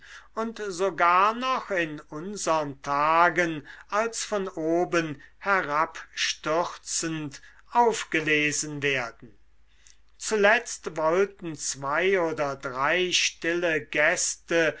und sogar noch in unsern tagen als von oben herabstürzend aufgelesen werden zuletzt wollten zwei oder drei stille gäste